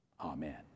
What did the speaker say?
Amen